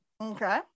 okay